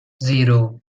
zero